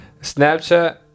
Snapchat